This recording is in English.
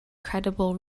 credible